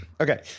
Okay